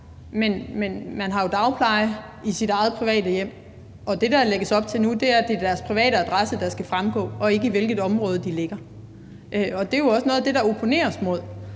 Men man har jo dagpleje i sit eget private hjem, og det, der lægges op til nu, er, at det er deres private adresse, der skal fremgå, og ikke i hvilket område de ligger. Det er jo noget af det, der opponeres imod.